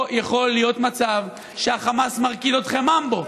לא יכול להיות מצב שהחמאס מרקיד אתכם ממבו.